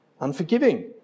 unforgiving